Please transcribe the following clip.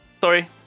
Sorry